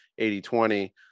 80-20